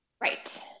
Right